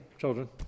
children